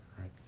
right